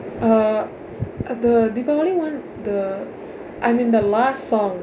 uh ah the deepavali [one] the I'm in the last song